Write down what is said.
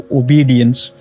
obedience